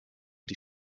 die